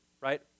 right